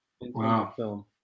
Wow